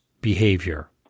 behavior